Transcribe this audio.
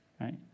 right